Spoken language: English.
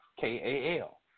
K-A-L